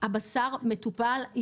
הבשר מטופל.